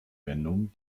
wendungen